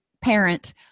parent